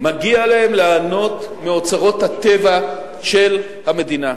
מגיע להם ליהנות מאוצרות הטבע של המדינה.